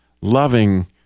loving